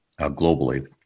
globally